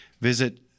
visit